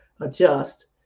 adjust